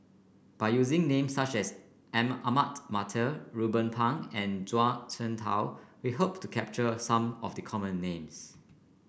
by using names such as Ahmad Mattar Ruben Pang and Zhuang Shengtao we hope to capture some of the common names